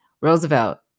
Roosevelt